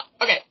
okay